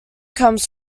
comes